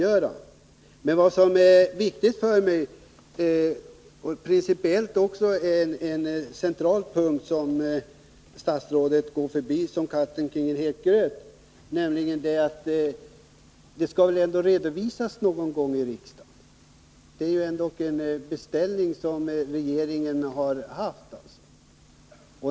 Jag är inte kompetent att avgöra den saken. En viktig och central punkt som statsrådet går runt som katten kring het gröt är detta att det väl ändå skall redovisas någon gång i riksdagen. Regeringen har ändå haft en beställning.